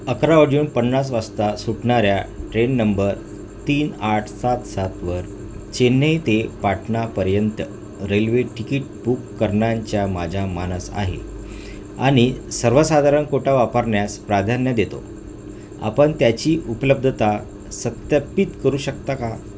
अकरा वाजून पन्नास वाजता सुटणाऱ्या ट्रेन नंबर तीन आठ सात सातवर चेन्नई ते पाटणापर्यंत रेल्वे तिकीट बुक करण्याच्या माझ्या मानस आहे आणि सर्वसाधारण कोटा वापरण्यास प्राधान्य देतो आपण त्याची उपलब्धता सत्यापित करू शकता का